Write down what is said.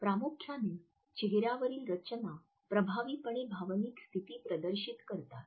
प्रामुख्याने चेहऱ्यावरील रचना प्रभावीपणे भावनिक स्थिती प्रदर्शित करतात